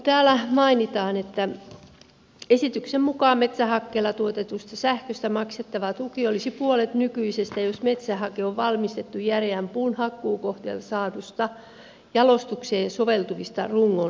täällä mainitaan että esityksen mukaan metsähakkeella tuotetusta sähköstä maksettava tuki olisi puolet nykyisestä jos metsähake on valmistettu järeän puun hakkuukohteelta saaduista jalostukseen soveltuvista rungonosista